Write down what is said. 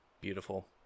Beautiful